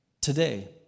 today